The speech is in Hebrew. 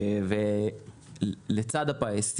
ולצד הפיס,